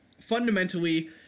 fundamentally